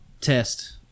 test